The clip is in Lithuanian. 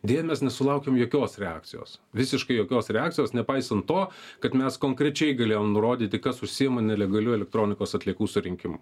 deja mes nesulaukėm jokios reakcijos visiškai jokios reakcijos nepaisant to kad mes konkrečiai galėjom nurodyti kas užsiima nelegaliu elektronikos atliekų surinkimu